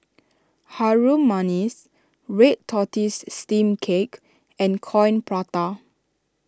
Harum Manis Red Tortoise Steamed Cake and Coin Prata